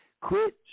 quit